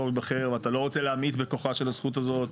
לבחור ולהיבחר ואתה לא רוצה להמעיט בכוחה של הזכות הזאת.